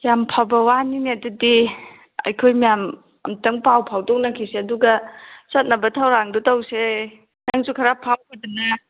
ꯌꯥꯝ ꯐꯕ ꯌꯥꯅꯤꯅꯦ ꯑꯗꯨꯗꯤ ꯑꯩꯈꯣꯏ ꯃꯌꯥꯝ ꯑꯃꯨꯛꯇꯪ ꯄꯥꯎ ꯐꯥꯎꯗꯣꯛꯅꯈꯤꯁꯦ ꯑꯗꯨꯒ ꯆꯠꯅꯕ ꯊꯧꯔꯥꯡꯗꯨ ꯇꯧꯁꯦ ꯅꯪꯁꯨ ꯈꯔ ꯐꯥꯎꯈꯣꯗꯅ